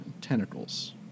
tentacles